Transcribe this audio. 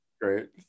Great